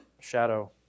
shadow